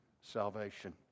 salvation